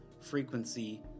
frequency